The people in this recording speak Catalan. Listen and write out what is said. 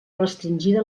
restringida